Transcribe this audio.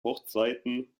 hochzeiten